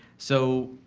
so,